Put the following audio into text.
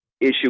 issue